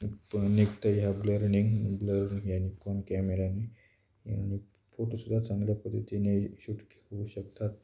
निघतं या ब्लरनिंग ब्लरिंग याने कोण कॅमेरानी आणि फोटोसुद्धा चांगल्या पद्धतीने शूट होऊ शकतात